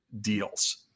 deals